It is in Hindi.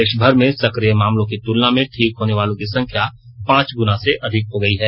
देशभर में सक्रिय मामलों की तुलना में ठीक होने वालों की संख्या पांच गुना से अधिक हो गई है